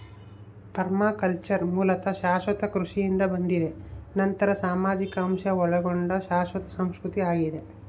permaculture ಮೂಲತಃ ಶಾಶ್ವತ ಕೃಷಿಯಿಂದ ಬಂದಿದೆ ನಂತರ ಸಾಮಾಜಿಕ ಅಂಶ ಒಳಗೊಂಡ ಶಾಶ್ವತ ಸಂಸ್ಕೃತಿ ಆಗಿದೆ